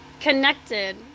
connected